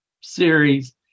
series